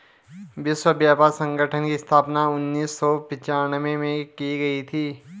विश्व व्यापार संगठन की स्थापना उन्नीस सौ पिच्यानवे में की गई थी